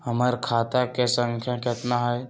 हमर खाता के सांख्या कतना हई?